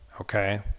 okay